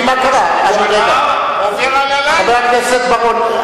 חבר הכנסת בר-און.